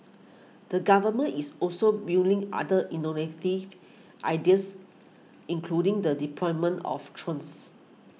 the Government is also mulling other ideas including the deployment of drones